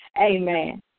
Amen